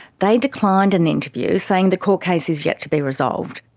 they declined an interview, saying the court case is yet to be resolved.